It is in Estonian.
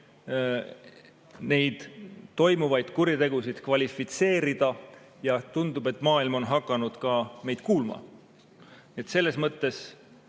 neid kuritegusid kvalifitseerida. Ja tundub, et maailm on hakanud ka meid kuulama. Selles mõttes